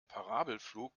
parabelflug